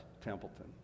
Templeton